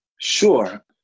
Sure